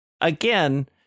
again